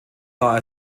war